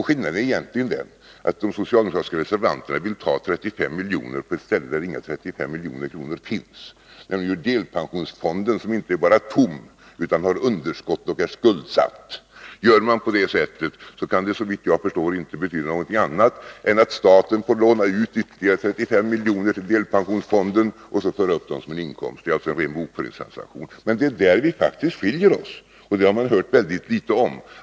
Skillnaden är egentligen att de socialdemokratiska reservanterna vill ta 35 miljoner på ett ställe där inga 35 miljoner finns, nämligen ur delpensionsfonden, som inte bara är tom, utan har underskott och är skuldsatt. Gör man på det sättet kan det såvitt jag förstår inte betyda någonting annat än att staten får låna ut ytterligare 35 miljoner till delpensionsfonden och så föra upp dem som en inkomst. Det är alltså en ren bokföringstransaktion, men det är faktiskt där vi skiljer oss, och det har man hört ganska litet om.